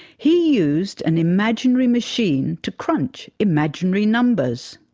he used an imaginary machine to crunch imaginary numbers.